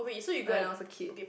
like when I was kid